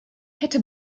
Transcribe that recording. hätte